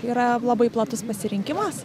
yra labai platus pasirinkimas